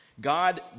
God